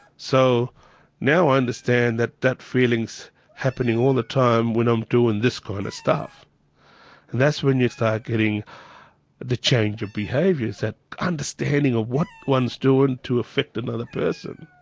so now i understand that that feeling is so happening all the time when i'm doing this kind of stuff. and that's when you start getting the change of behaviours, that understanding of what one is doing to affect another person.